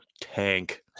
Tank